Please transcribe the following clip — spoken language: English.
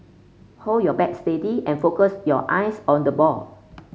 hold your bat steady and focus your eyes on the ball